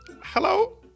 Hello